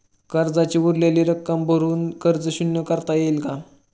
कर्जाची उरलेली रक्कम भरून कर्ज शून्य करता येईल का?